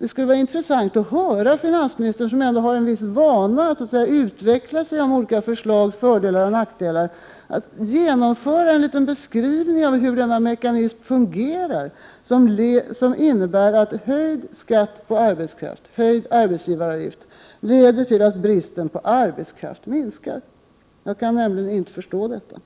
Det skulle vara intressant att höra finansministern, som ändå har en viss vana att utveckla sina olika förslags fördelar och nackdelar, ge en liten beskrivning av hur denna mekanism fungerar, som innebär att höjd skatt på arbetskraft och höjd arbetsgivaravgift leder till att bristen på arbetskraft minskar. Jag kan nämligen inte förstå detta.